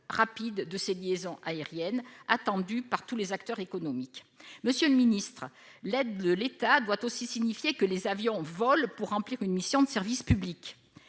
rapide de ces liaisons aériennes, attendue par tous les acteurs économiques. Monsieur le secrétaire d'État, l'aide de l'État doit aussi signifier que les avions volent pour remplir une mission de service public.